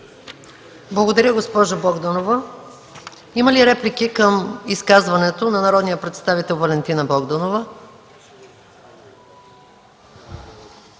Благодаря, госпожо Богданова. Има ли реплики към изказването на народния представител Валентина Богданова?